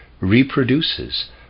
reproduces